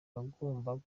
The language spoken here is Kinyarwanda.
yagombaga